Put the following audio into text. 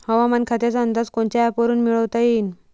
हवामान खात्याचा अंदाज कोनच्या ॲपवरुन मिळवता येईन?